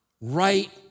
right